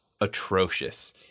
atrocious